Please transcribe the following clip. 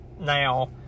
Now